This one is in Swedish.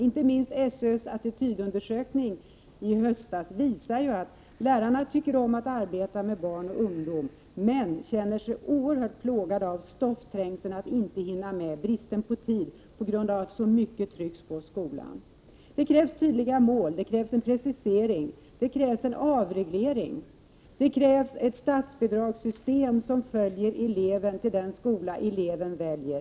Inte minst SÖ:s attitydundersökning i höstas visar ju att lärarna tycker om att arbeta med barn och ungdom men känner sig oerhört plågade av stoffträngseln, av att inte hinna med, av bristen på tid på grund av att så mycket trycks på skolan. Det krävs alltså tydliga mål, en precisering. Vidare krävs en avreglering, ett statsbidragssystem som följer eleven till den skola som eleven väljer.